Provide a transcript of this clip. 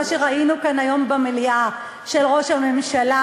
מה שראינו כאן היום במליאה אצל ראש הממשלה